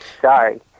sorry